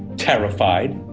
terrified.